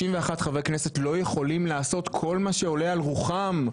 61 חברי כנסת לא יכולים לעשות כל מה שעולה על רוחם.